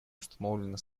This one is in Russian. установлена